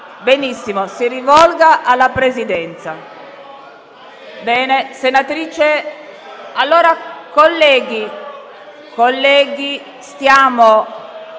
Borghi, si rivolga alla Presidenza.